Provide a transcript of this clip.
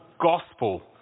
gospel